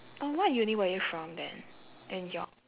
oh what uni were you from then and york